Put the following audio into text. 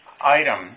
item